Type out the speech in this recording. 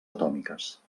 atòmiques